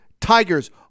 Tigers